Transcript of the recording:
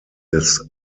des